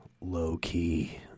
low-key